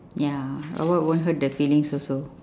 ya robot won't hurt the feelings also